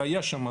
זה היה שם,